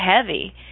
heavy